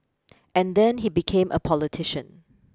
and then he became a politician